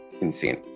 Insane